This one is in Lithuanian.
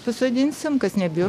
susodinsim kas nebijo